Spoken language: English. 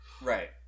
Right